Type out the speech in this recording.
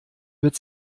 wird